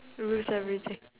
lose everything